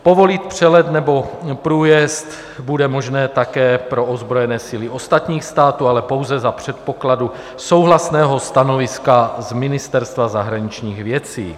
Povolit přelet nebo průjezd bude možné také pro ozbrojené síly ostatních států, ale pouze za předpokladu souhlasného stanoviska z Ministerstva zahraničních věcí.